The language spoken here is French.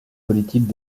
politiques